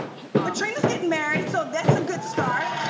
ah trina's getting married so that's a good start.